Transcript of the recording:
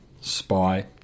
spy